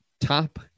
top